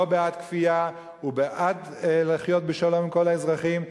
לא בעד כפייה, ובעד לחיות בשלום עם כל האזרחים.